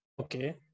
Okay